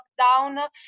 lockdown